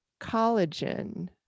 collagen